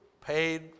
paid